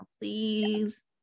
please